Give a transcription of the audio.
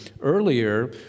Earlier